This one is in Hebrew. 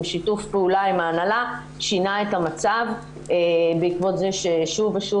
שיתוף פעולה עם ההנהלה שינה את המצב בעקבות זה ששוב ושוב